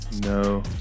No